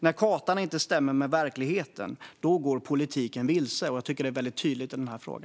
När kartan inte stämmer med verkligheten går politiken vilse, och detta tycker jag är tydligt i denna fråga.